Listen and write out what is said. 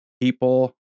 people